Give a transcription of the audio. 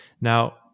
Now